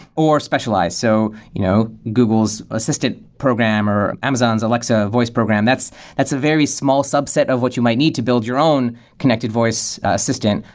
or specialized. so you know google's assistant program, or amazon's alexa voice program. that's that's a very small subset of what you might need to build your own connected voice assistant.